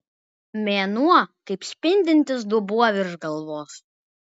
mėnuo kaip spindintis dubuo virš galvos